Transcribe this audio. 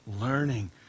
learning